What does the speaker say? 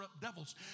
devils